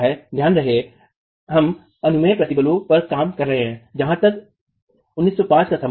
ध्यान रहे हम अनुमेय प्रतिबलों पर काम कर रहे हैं जहाँ तक 1905 का संबंध है